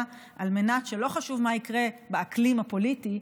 על מנת שלא חשוב מה יקרה באקלים הפוליטי,